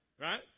Right